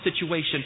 situation